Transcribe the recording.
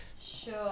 Sure